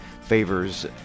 favors